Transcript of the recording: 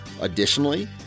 Additionally